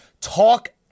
talk